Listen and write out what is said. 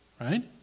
right